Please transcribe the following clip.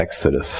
Exodus